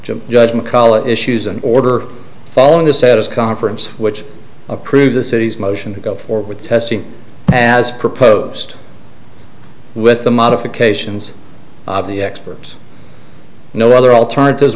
judgment call issues an order following the status conference which approved the city's motion to go forward with testing as proposed with the modifications of the experts no other alternatives